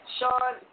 Sean